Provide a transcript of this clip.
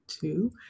two